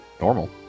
normal